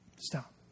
Stop